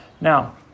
Now